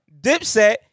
Dipset